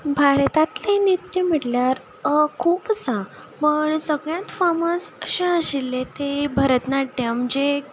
भारतांतलीं नृत्य म्हटल्यार खूब आसा पण सगल्यांत फामाद अशें आशिल्लें तें भरतनाट्यम जें